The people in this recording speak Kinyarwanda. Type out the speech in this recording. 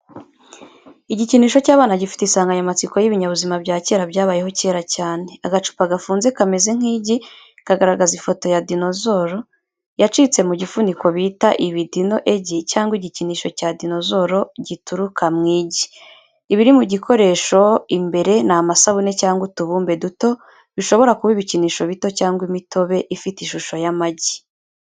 Igikinisho cy’abana gifite insanganyamatsiko y'ibinyabuzima bya kera byabayeho kera cyane. Agacupa gafunze kameze nk’igi, kagaragaza ifoto ya dinosaur yacitse mu gifuniko bita ibi dino egi cyangwa igikinisho cya dinozoro gituruka mu igi. Ibiri mu gikoresho imbere ni amasabune cyangwa utubumbe duto bishobora kuba ibikinisho bito cyangwa imitobe ifite ishusho y’amagi.